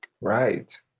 Right